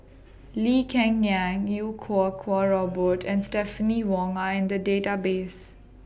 Lee Cheng Yan Iau Kuo Kwong Robert and Stephanie Wong Are in The Database